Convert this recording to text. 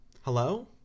Hello